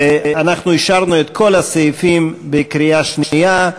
אנחנו אישרנו את כל הסעיפים בקריאה שנייה.